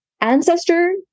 ancestor